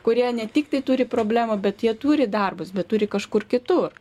kurie ne tiktai turi problemą bet jie turi darbus bet turi kažkur kitur